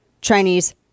Chinese